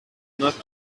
not